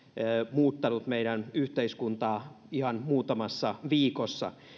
muuttanut meidän yhteiskuntaamme ihan muutamassa viikossa